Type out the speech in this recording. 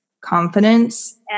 Confidence